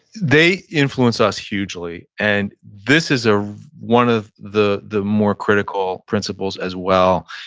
they influenced us hugely. and this is ah one of the the more critical principles as well.